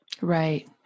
right